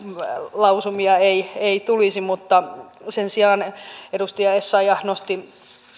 lausumia ei ei tulisi sen sijaan edustaja essayah nosti